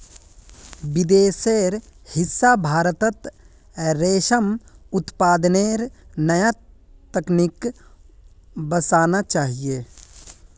विदेशेर हिस्सा भारतत रेशम उत्पादनेर नया तकनीक वसना चाहिए